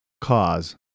cause